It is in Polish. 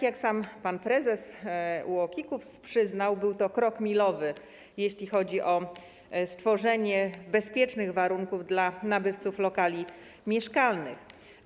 Jak sam pan prezes UOKiK-u przyznał, był to krok milowy, jeśli chodzi o stworzenie bezpiecznych warunków dla nabywców lokali mieszkalnych.